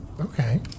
Okay